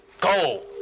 go